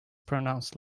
pronounced